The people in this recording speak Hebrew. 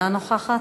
אינה נוכחת,